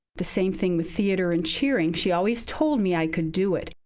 the same thing with theater and cheering. she always told me i could do it.